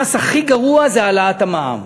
המס הכי גרוע, זה העלאת המע"מ.